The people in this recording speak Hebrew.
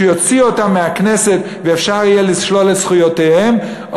יוציאו אותם מהכנסת ואפשר יהיה לשלול את זכויותיהם,